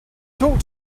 talk